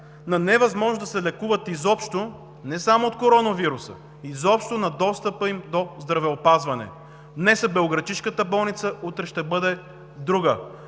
на невъзможност да се лекуват изобщо – не само от коронавируса, а изобщо на достъпа им до здравеопазване. Днес е белоградчишката болница, утре ще бъде друга.